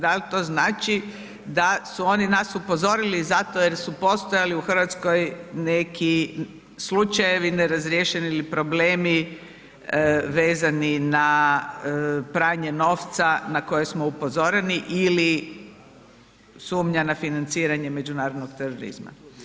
Da li to znači da su oni nas upozorili zato jer su postojali u Hrvatskoj neki slučajevi nerazriješeni ili problemi vezani na pranje novca na koje smo upozoreni ili sumnja na financiranje međunarodnog terorizma?